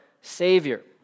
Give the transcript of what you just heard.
Savior